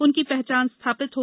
उनकी पहचान स्थापित हो